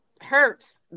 Hurts